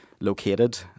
located